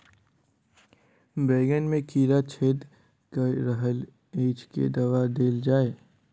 बैंगन मे कीड़ा छेद कऽ रहल एछ केँ दवा देल जाएँ?